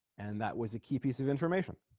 and that was a key piece of information